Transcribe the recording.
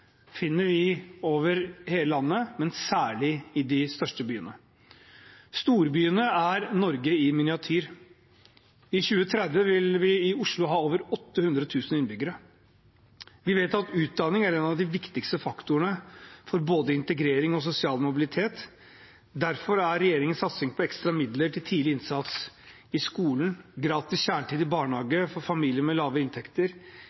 finner vi over hele landet, men særlig i de største byene. Storbyene er Norge i miniatyr. I 2030 vil vi i Oslo ha over 800 000 innbyggere. Vi vet at utdanning er en av de viktigste faktorene for både integrering og sosial mobilitet. Derfor er regjeringens satsing på ekstra midler til tidlig innsats i skolen, gratis